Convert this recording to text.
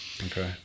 okay